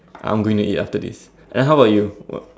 I'm going to eat after this then how about you